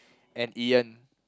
and Ian